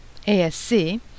ASC